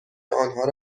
آنها